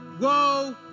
whoa